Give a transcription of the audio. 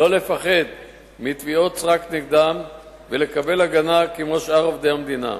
לא לפחד מתביעות סרק נגדם ולקבל הגנה כמו שאר עובדי המדינה.